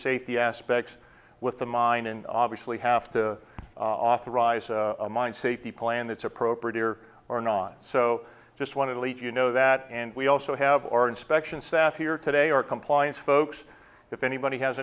safety aspects with the mine and obviously have to authorize a mine safety plan that's appropriate or not so i just want to let you know that and we also have our inspection staff here today or compliance folks if anybody has